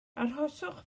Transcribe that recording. arhoswch